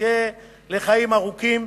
שיזכה לחיים ארוכים,